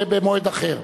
במועד אחר.